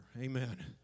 Amen